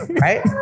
right